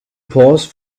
paused